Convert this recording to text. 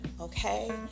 Okay